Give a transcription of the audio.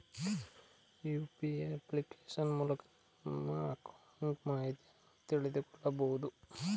UPA application ಮೂಲಕ ನಿಮ್ಮ account ಮಾಹಿತಿಯನ್ನು ತಿಳಿದುಕೊಳ್ಳಬಹುದು